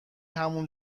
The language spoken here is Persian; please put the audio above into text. همون